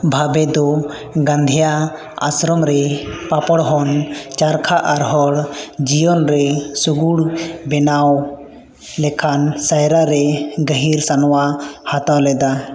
ᱵᱷᱟᱵᱮ ᱫᱚ ᱜᱟᱱᱫᱷᱤᱭᱟᱜ ᱟᱥᱨᱚᱢᱨᱮ ᱯᱚᱯᱚᱲᱦᱚᱱ ᱪᱟᱨᱠᱷᱟ ᱟᱨ ᱦᱚᱲ ᱡᱤᱭᱚᱱᱨᱮ ᱥᱩᱜᱩᱲ ᱵᱮᱱᱟᱣ ᱞᱮᱠᱷᱟᱱ ᱥᱟᱭᱨᱟᱨᱮ ᱜᱟᱹᱦᱤᱨ ᱥᱮ ᱱᱚᱣᱟ ᱦᱟᱛᱟᱣ ᱞᱮᱫᱟ